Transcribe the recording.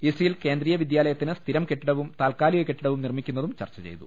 East Hill കേന്ദ്രീയ വിദ്യാലയത്തിന് സ്ഥിരം കെട്ടിടവും താൽക്കാലിക കെട്ടിടവും നിർമ്മിക്കുന്നതും ചർച്ച ചെയ്തു